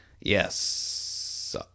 Yes